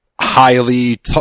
highly